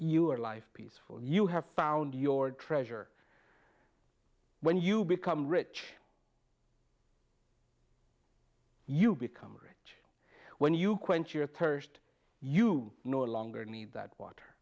you are life peaceful you have found your treasure when you become rich you become rich when you quench your thirst you no longer need that water